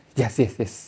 yes yes yes